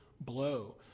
blow